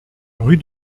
rue